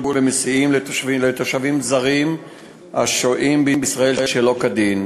במסיעי תושבים זרים השוהים בישראל שלא כדין.